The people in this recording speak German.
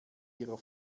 ihrer